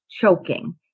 choking